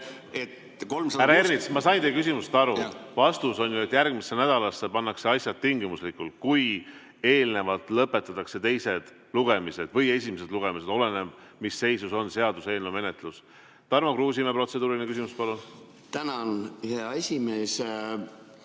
ma sain teie küsimusest aru. Vastus on ju, et järgmisse nädalasse pannakse asjad tingimuslikult, kui eelnevalt lõpetatakse teised lugemised või esimesed lugemised, olenevalt sellest, mis seisus on seaduseelnõu menetlus. Tarmo Kruusimäe, protseduuriline küsimus, palun!